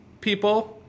people